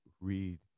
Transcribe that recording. read